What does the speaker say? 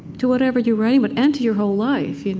to whatever you're writing, but and to your whole life. and